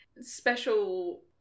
special